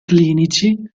clinici